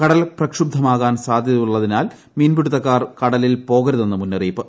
കടൽ പ്രക്ഷുബ്ദമാകാൻ സാധ്യിതുയുള്ളിനാൽ മീൻപിടുത്തക്കാർ കടലിൽ പോകരുതെന്ന് മുന്നറിയിപ്പ്